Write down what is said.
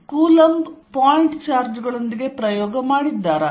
coulomb point charge ಗಳೊಂದಿಗೆ ಪ್ರಯೋಗ ಮಾಡಿದ್ದಾರಾ